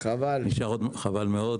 חבל מאוד.